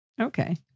Okay